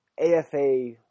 AFA